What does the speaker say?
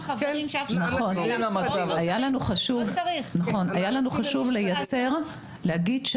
היה לנו חשוב להגיד,